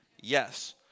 Yes